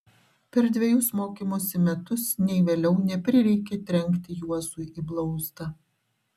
per dvejus mokymosi metus nei vėliau neprireikė trenkti juozui į blauzdą